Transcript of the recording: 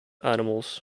animals